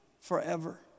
forever